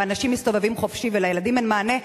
ואנשים מסתובבים חופשי ולילדים אין מענה,